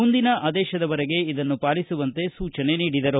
ಮುಂದಿನ ಆದೇಶದವರೆಗೆ ಇದನ್ನು ಪಾಲಿಸುವಂತೆ ಸೂಚನೆ ನೀಡಿದರು